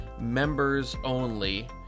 members-only